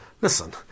listen